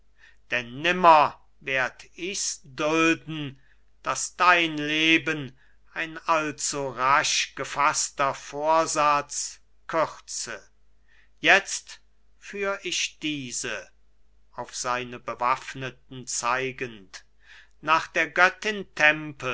denn nimmer werd ich's dulden daß dein leben ein allzurasch gefaßter vorsatz kürze jetzt führ ich diese auf seine bewaffneten zeigend nach der göttin tempel